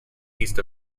east